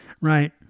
Right